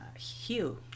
hugh